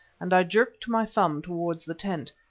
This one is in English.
and i jerked my thumb towards the tent.